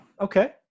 Okay